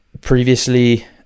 previously